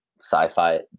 sci-fi